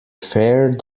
fair